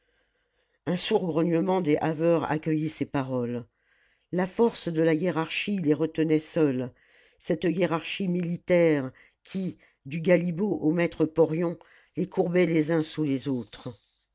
un sourd grognement des haveurs accueillit ces paroles la force de la hiérarchie les retenait seule cette hiérarchie militaire qui du galibot au maître porion les courbait les uns sous les autres